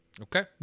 Okay